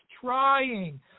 trying